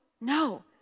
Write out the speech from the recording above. No